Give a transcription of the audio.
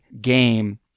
game